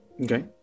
Okay